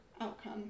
outcome